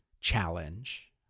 challenge